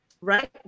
right